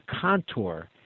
contour